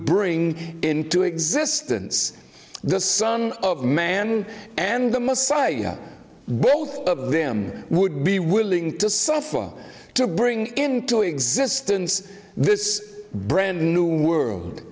bring into existence the son of man and the messiah both of them would be willing to suffer to bring into existence this brand new world